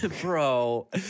Bro